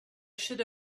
should